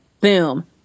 Boom